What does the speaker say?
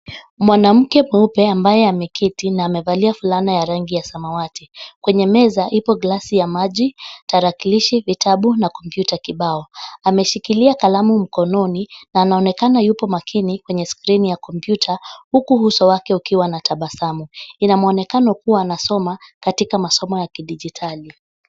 Mwanamke mweupe ambaye ameketi na amevalia fulana ya rangi ya samawati. Kwenye meza, ipo glasi ya maji, tarakilishi, vitabu na kompyuta kibao. Ameshikilia kalamu mkononi na anaonekana yupo makini kwenye skrini ya kompyuta, huko uso wake ukiwa na tabasamu. Ina mwonekano kuwa anasoma katika masomo ya kidijitali.